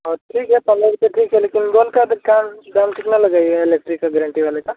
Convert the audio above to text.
औ ठीक है पन्द्रह रूपये ठीक है लेकिन बल्ब का काम दाम कितना लगाइएगा इलेक्ट्रिक का गारेंटी वाले का